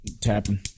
Tapping